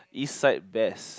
east side best